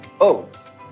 Oats